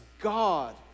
God